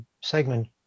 segment